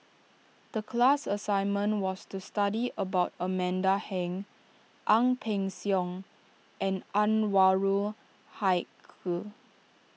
the class assignment was to study about Amanda Heng Ang Peng Siong and Anwarul Haque